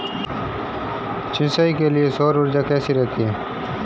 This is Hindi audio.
सिंचाई के लिए सौर ऊर्जा कैसी रहती है?